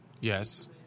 Yes